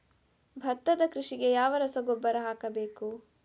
ಭತ್ತದ ಕೃಷಿಗೆ ಯಾವ ರಸಗೊಬ್ಬರ ಹಾಕಬೇಕು?